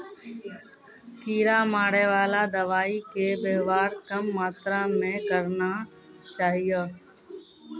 कीड़ा मारैवाला दवाइ के वेवहार कम मात्रा मे करना चाहियो